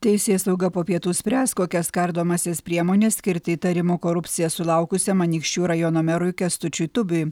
teisėsauga po pietų spręs kokias kardomąsias priemones skirti įtarimų korupcija sulaukusiam anykščių rajono merui kęstučiui tubiui